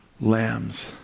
lambs